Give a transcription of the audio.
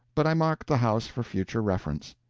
but i marked the house for future reference.